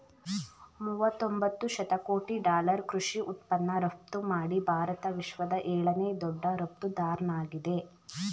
ಮೂವತೊಂಬತ್ತು ಶತಕೋಟಿ ಡಾಲರ್ ಕೃಷಿ ಉತ್ಪನ್ನ ರಫ್ತುಮಾಡಿ ಭಾರತ ವಿಶ್ವದ ಏಳನೇ ದೊಡ್ಡ ರಫ್ತುದಾರ್ನಾಗಿದೆ